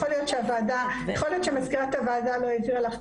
יכול להיות שמזכירת הוועדה לא העבירה לך,